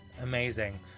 Amazing